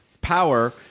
power